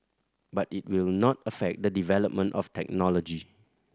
but it will not affect the development of technology